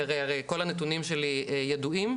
כי הרי כל הנתונים שלי ידועים,